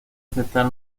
aceptar